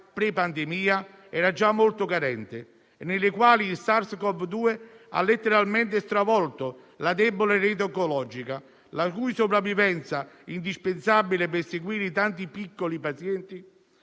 pre-pandemia era già molto carente e nelle quali il SARS-CoV-2 ha letteralmente stravolto la debole rete oncologica, la cui sopravvivenza, indispensabile per seguire i tanti piccoli pazienti